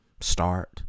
start